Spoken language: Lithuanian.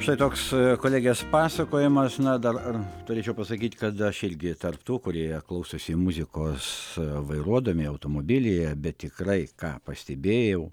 štai toks kolegės pasakojimas na dar turėčiau pasakyt kada aš irgi tarp tų kurie klausosi muzikos vairuodami automobilyje bet tikrai ką pastebėjau